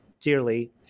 dearly